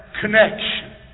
connection